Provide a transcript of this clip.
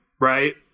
right